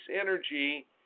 energy